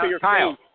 Kyle